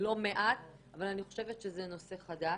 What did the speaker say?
לא מעט, אבל אני חושבת שזה נושא חדש.